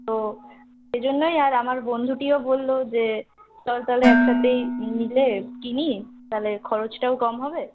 তো সে জন্যই আর আমার বন্ধুটিও বললো যে চল তা হলে এক সাথেই মিলে কিনি তা হলে খরচটাও কম হবে